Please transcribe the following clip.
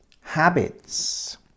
habits